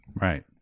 Right